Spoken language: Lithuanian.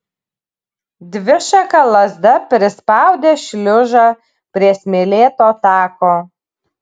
dvišaka lazda prispaudė šliužą prie smėlėto tako